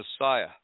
Messiah